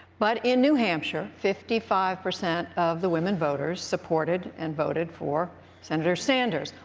but in new hampshire fifty five percent of the women voters supported and voted for senator sanders.